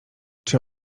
czy